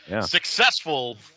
successful